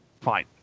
fine